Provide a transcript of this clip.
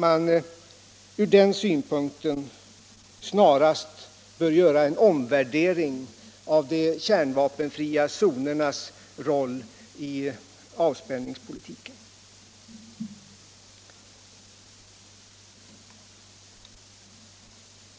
Jag tror därför att man snarast bör göra en omvärdering av de kärnvapenfria zonernas roll i avspänningspolitiken.